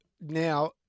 now